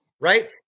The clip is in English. right